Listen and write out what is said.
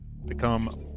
become